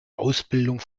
ausbildung